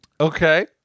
Okay